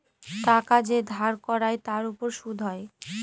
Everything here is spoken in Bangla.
টাকা যে ধার করায় তার উপর সুদ হয়